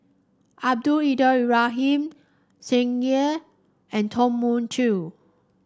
Abdul Ibrahim Tsung Yeh and Tom Mun Chee